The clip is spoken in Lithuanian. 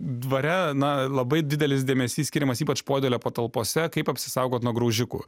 dvare na labai didelis dėmesys skiriamas ypač podėlio patalpose kaip apsisaugot nuo graužikų